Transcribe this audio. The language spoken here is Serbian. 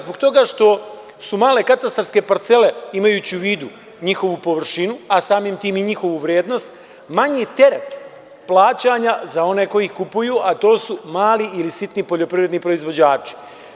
Zbog toga što su male katastarske parcele, imajući u vidu njihovu površinu, a samim tim i njihovu vrednost, manji teret plaćanja za oni koji ih kupuju, a to su mali ili sitni poljoprivredni proizvođači.